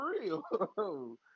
real